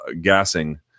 gassing